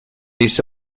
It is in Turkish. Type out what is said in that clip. ise